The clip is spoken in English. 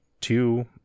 two